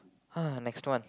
uh next one